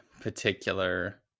particular